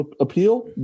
appeal